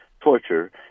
torture